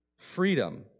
Freedom